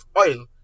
oil